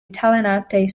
italianate